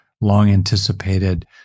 long-anticipated